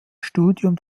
studium